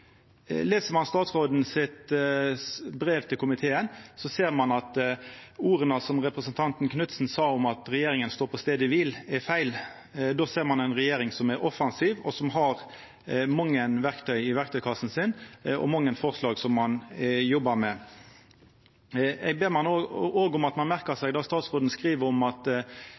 ein statsråden sitt brev til komiteen, ser ein at orda frå representanten Knutsen om at regjeringa står «på stedet hvil», er feil. Der ser ein ei regjering som er offensiv, og som har mange verktøy i verktøykassa og mange forslag dei jobbar med. Eg ber òg om at ein merker seg det statsråden skriv om at